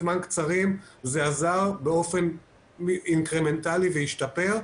זמן קצרים זה עזר באופן אינקרמנטלי והשתפר,